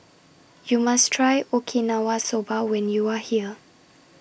YOU must Try Okinawa Soba when YOU Are here